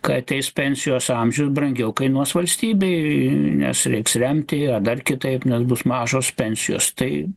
kai ateis pensijos amžius brangiau kainuos valstybei nes reiks remti ar dar kitaip nes bus mažos pensijos tai